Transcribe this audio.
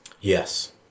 Yes